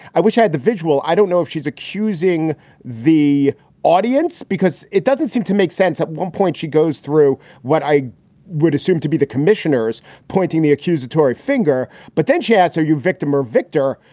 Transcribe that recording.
i wish i had the visual. i don't know if she's accusing the audience because it doesn't seem to make sense. at one point she goes through what i would assume to be the commissioners pointing the accusatory finger. but then she asks, are you victim or victor?